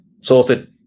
sorted